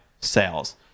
sales